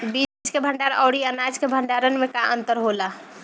बीज के भंडार औरी अनाज के भंडारन में का अंतर होला?